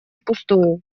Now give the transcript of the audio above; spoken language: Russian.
впустую